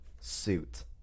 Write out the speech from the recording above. Suit